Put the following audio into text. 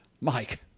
Mike